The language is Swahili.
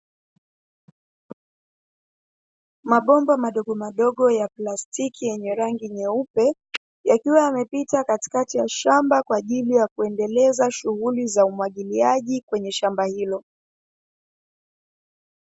Mabomba madogo madogo ya plastiki yenye rangi nyeupe, yakiwa yamepita katikati ya shamba kwa ajili ya kuendeleza shughuli za umwagiliaji kwenye shamba hilo.